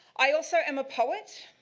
i also am a poet.